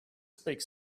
speak